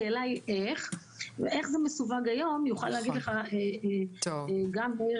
השאלה היא איך ואיך זה מסווג היום יוכל להגיד לך גם מאיר